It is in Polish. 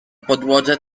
podłodze